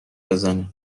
بزنه